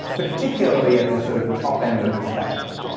particularly at the sort of top end of the spectrum.